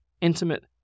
intimate